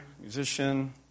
musician